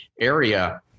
area